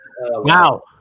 wow